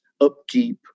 upkeep